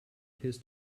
appears